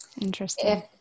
Interesting